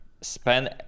spend